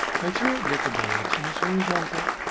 make sure that the direction is horizontal